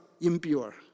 impure